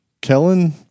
Kellen